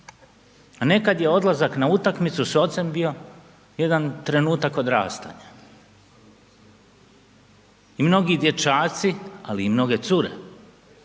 A nekad je odlazak na utakmicu s ocem bio jedan trenutak odrastanja. I mnogi dječaci, ali i mnoge cure